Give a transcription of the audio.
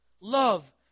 love